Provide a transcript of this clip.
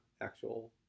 actual